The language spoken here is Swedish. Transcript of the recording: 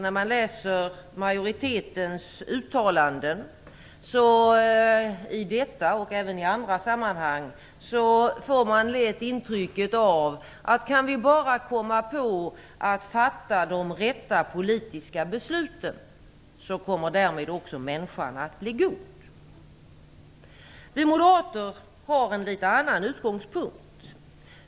När man läser majoritetens uttalanden i detta och även i andra sammanhang får man lätt intrycket att om vi bara kan fatta de rätta politiska besluten kommer människan därmed att bli god. Vi moderater har en litet annan utgångspunkt.